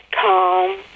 calm